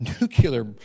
nuclear